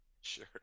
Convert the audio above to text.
Sure